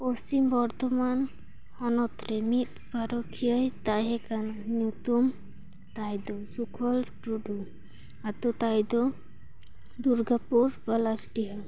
ᱯᱚᱥᱪᱤᱢ ᱵᱚᱨᱫᱷᱚᱢᱟᱱ ᱦᱚᱱᱚᱛ ᱨᱮ ᱢᱤᱫ ᱯᱟᱹᱨᱩᱠᱷᱤᱭᱟᱹᱭ ᱛᱟᱦᱮᱸ ᱠᱟᱱᱟ ᱧᱩᱛᱩᱢ ᱛᱟᱭ ᱫᱚ ᱥᱩᱠᱚᱞ ᱴᱩᱰᱩ ᱟᱛᱩ ᱛᱟᱭ ᱫᱚ ᱫᱩᱨᱜᱟᱯᱩᱨ ᱯᱚᱞᱟᱥ ᱰᱤᱦᱟᱹ